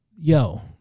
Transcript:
Yo